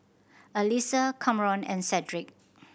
Alysa Kamron and Cedric